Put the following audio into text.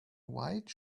white